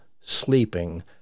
sleeping